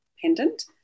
pendant